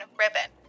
ribbon